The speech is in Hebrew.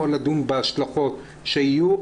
או לדון בהשלכות שיהיו,